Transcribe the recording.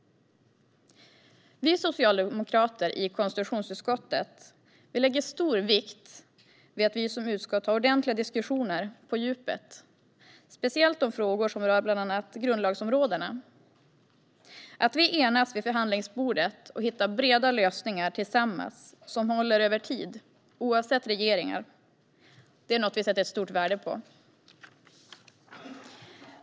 Vi socialdemokrater i konstitutionsutskottet lägger stor vikt vid att vi som utskott har ordentliga diskussioner på djupet, speciellt om frågor som bland annat berör våra grundlagsområden. Att vi enas vid förhandlingsbordet och hittar breda lösningar tillsammans som håller över tid oavsett regeringar är något vi sätter stort värde på.